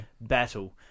battle